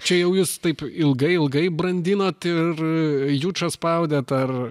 čia jau jūs taip ilgai ilgai brandinot ir jučą spaudėt ar